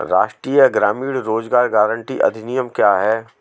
राष्ट्रीय ग्रामीण रोज़गार गारंटी अधिनियम क्या है?